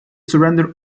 surrender